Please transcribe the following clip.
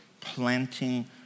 planting